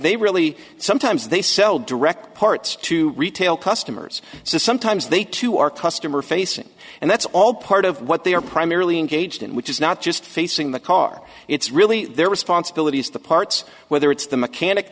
they really sometimes they sell direct parts to retail customers so sometimes they too are customer facing and that's all part of what they are primarily engaged in which is not just facing the car it's really their responsibilities the parts whether it's the mechanic